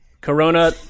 Corona